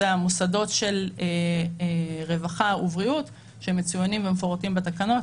אלה המוסדות של רווחה ובריאות שמצוינים ומפורטים בתקנות.